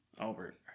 Albert